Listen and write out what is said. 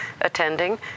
attending